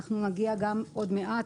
נגיע עוד מעט,